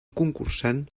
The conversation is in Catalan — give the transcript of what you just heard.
concursant